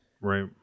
right